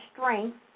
strength